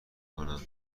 کنم